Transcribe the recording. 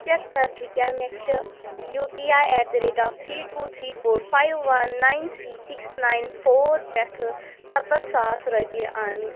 check کَر ژے کیاہ مےٚ چھِ U P A at the rate of three two three four five one nine three six nine four پیٹھٕ سَتَتھ ساس رۄپیہِ آمٕتۍ